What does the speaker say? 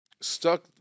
stuck